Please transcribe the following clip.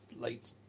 late